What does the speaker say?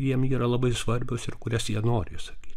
jiem yra labai svarbios ir kurias jie nori išsakyt